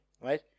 right